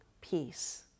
peace